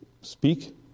speak